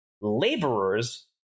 laborers